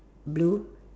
blue